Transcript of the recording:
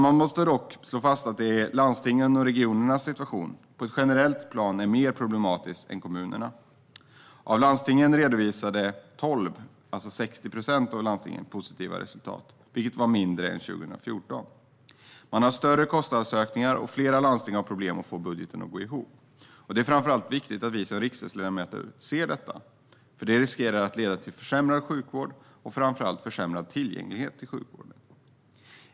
Man måste dock slå fast att landstingens och regionernas situation på ett generellt plan är mer problematiskt än kommunernas. Tolv av landstingen, det vill säga 60 procent, redovisade positiva resultat, vilket var mindre än 2014. Man har större kostnadsökningar, och flera landsting har problem med att få budgeten att gå ihop. Det är viktigt att vi som riksdagsledamöter ser detta, för det riskerar att leda till försämrad sjukvård och framför allt försämrad tillgänglighet till sjukvården.